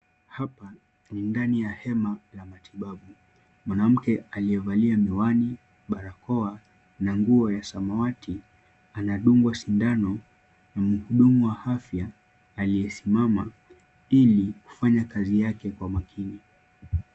Hapa ni ndani ya hema ya matibabu, mwanamke aliyevalia miwani, barakoa na nguo ya samawati, anadungwa sindano na mhudumu wa afya aliyesimama, ili kufanya kazi yake kwa makini.